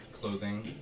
clothing